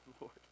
Lord